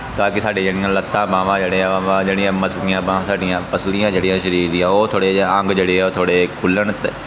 ਤਾਂ ਕਿ ਸਾਡੇ ਜਿਹੜੀਆਂ ਲੱਤਾ ਬਾਹਾਂ ਜਿਹੜੇ ਆ ਜਿਹੜੀਆਂ ਮਸਲੀਆਂ ਬਾਂ ਸਾਡੀਆਂ ਪਸਲੀਆਂ ਜਿਹੜੀਆਂ ਸਰੀਰ ਦੀਆਂ ਉਹ ਥੋੜ੍ਹਾ ਜਿਹਾ ਅੰਗ ਜਿਹੜੇ ਆ ਉਹ ਥੋੜ੍ਹੇ ਖੁੱਲਣ